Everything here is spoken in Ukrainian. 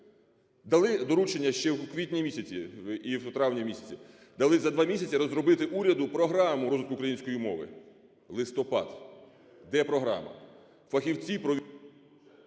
Дали доручення ще в квітні місяці і в травні місяці, дали за 2 місяці розробити уряду програму розвитку української мови. Листопад. Де програма?